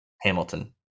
Hamilton